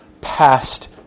past